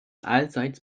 allseits